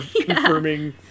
confirming